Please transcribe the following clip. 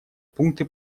пункты